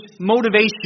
motivation